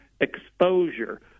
exposure